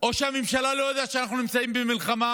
או שהממשלה לא יודעת שאנחנו נמצאים במלחמה